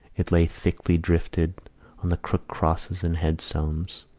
it lay thickly drifted on the crooked crosses and headstones,